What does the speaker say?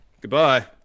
Goodbye